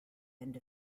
end